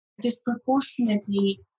disproportionately